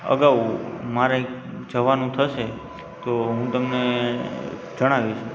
અગાઉ મારે જવાનું થશે તો હું તમને જણાવીશ